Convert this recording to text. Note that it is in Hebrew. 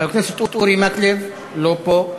חבר הכנסת אורי מקלב, לא פה,